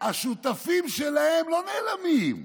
השותפים שלהם, לא נעלמים,